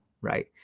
Right